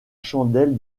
chandelle